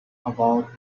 about